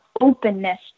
openness